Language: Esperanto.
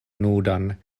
nudan